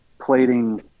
plating